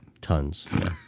Tons